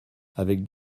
avec